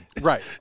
Right